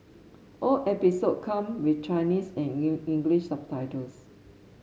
all episode come with Chinese and English subtitles